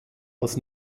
als